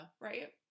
Right